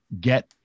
get